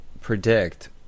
predict